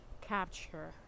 capture